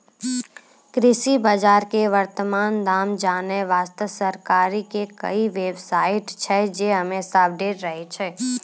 कृषि बाजार के वर्तमान दाम जानै वास्तॅ सरकार के कई बेव साइट छै जे हमेशा अपडेट रहै छै